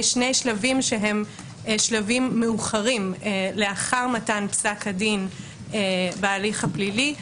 שני שלבים שהם שלבים מאוחרים לאחר מתן פסק הדין בהליך הפלילי.